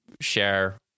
share